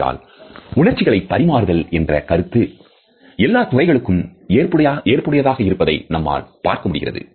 ஆகையால் உணர்ச்சிகளை பரிமாறுதல் என்ற கருத்து எல்லாத் துறைகளுக்கும் ஏற்புடையதாக இருப்பதை நம்மால் பார்க்க முடிகிறது